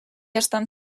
estan